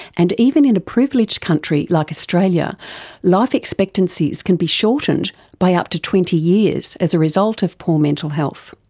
and even in a privileged country like australia life expectancies can be shortened by up to twenty years as a result of poor mental health.